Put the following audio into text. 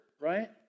right